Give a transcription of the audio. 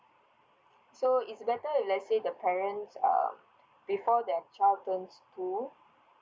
so it's better if let's say the parents um before their child turns two